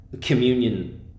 communion